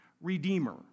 redeemer